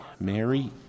Mary